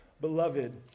Beloved